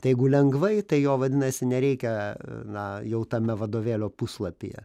tai jeigu lengvai tai jo vadinasi nereikia na jau tame vadovėlio puslapyje